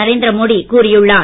நரேந்திர மோடி கூறியுள்ளார்